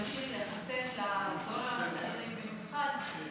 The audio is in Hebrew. להמשיך להיחשף לדור הצעיר במיוחד,